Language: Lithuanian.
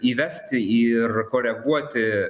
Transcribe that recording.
įvesti ir koreguoti